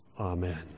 Amen